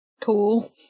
Cool